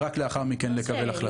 ורק לאחר מכן לקבל החלטות.